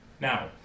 Now